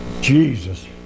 Jesus